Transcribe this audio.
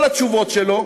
כל התשובות שלו